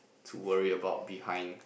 to worry about behind